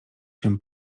się